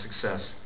success